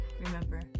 Remember